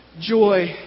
Joy